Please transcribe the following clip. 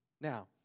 Now